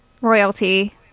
Royalty